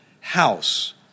house